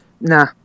nah